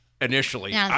initially